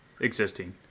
existing